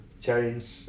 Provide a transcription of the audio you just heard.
change